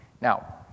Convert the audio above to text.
Now